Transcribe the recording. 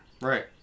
Right